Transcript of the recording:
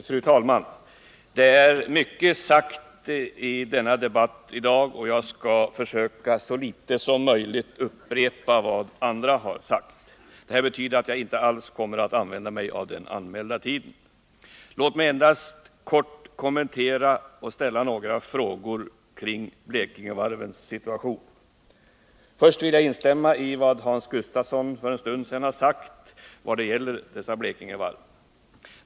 Fru talman! Mycket är redan sagt i denna debatt i dag, och jag skall försöka att så litet som möjligt upprepa vad andra har anfört. Det betyder att jag inte alls kommer att använda mig av den anmälda tiden. Låt mig endast kort kommentera och ställa några frågor kring Blekingevarvens situation. Först vill jag instämma i vad Hans Gustafsson för en stund sedan sade beträffande dessa Blekingevarv.